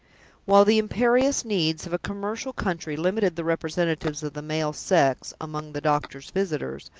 while the imperious needs of a commercial country limited the representatives of the male sex, among the doctor's visitors,